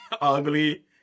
ugly